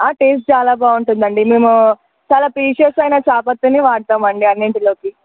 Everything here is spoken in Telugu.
టేస్ట్ చాలా బాగుంటుంది అండి మేము చాలా ప్రీషియస్ అయిన ఛా పత్తిణి వాడతామండి అన్నింటిలోకి